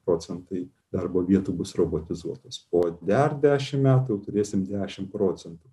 procentai darbo vietų bus robotizuotos po dar dešimt metų turėsim dešimt procentų